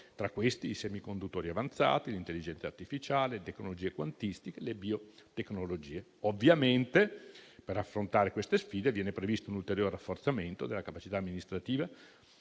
tra i quali i semiconduttori avanzati, l'intelligenza artificiale, le tecnologie quantistiche e le biotecnologie. Ovviamente, per affrontare queste sfide viene previsto un ulteriore rafforzamento della capacità amministrativa